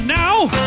now